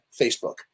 Facebook